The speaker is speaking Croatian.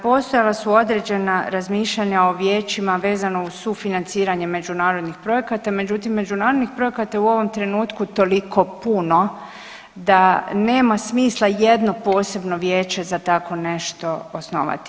Postojala su određena razmišljanja o vijećima vezano uz sufinanciranje međunarodnih projekata, međutim, međunarodnih projekata u ovom trenutku toliko puno da nema smisla jedno posebno vijeće za tako nešto osnovati.